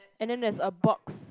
and then that's a box